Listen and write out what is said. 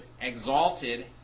exalted